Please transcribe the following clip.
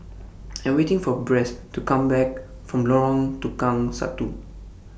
I Am waiting For Bess to Come Back from Lorong Tukang Satu